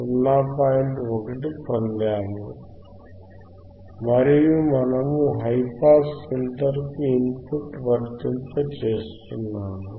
1 gain పొందాము మరియు మనము హైపాస్ ఫిల్టర్కు ఇన్ పుట్ను వర్తింపజేస్తున్నాము